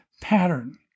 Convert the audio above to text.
pattern